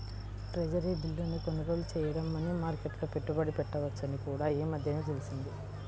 treasury బిల్లును కొనుగోలు చేయడం మనీ మార్కెట్లో పెట్టుబడి పెట్టవచ్చని కూడా ఈ మధ్యనే తెలిసింది